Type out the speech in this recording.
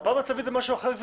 מפה מצבית זה משהו אחר.